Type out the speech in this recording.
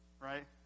right